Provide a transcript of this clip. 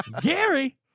gary